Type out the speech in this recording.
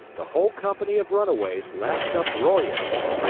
the whole company of runaways laughed uproariously.